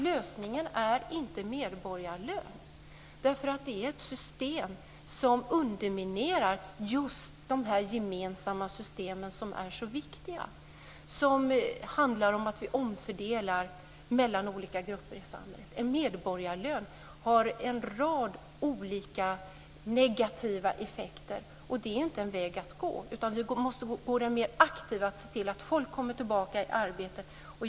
Lösningen är inte medborgarlön! Det är nämligen ett system som underminerar just de här gemensamma systemen som är så viktiga. De innebär ju att vi omfördelar mellan olika grupper i samhället. En medborgarlön har en rad olika negativa effekter. Det är inte en väg att gå, utan vi måste gå den mer aktiva vägen och se till att folk kommer tillbaka i arbete.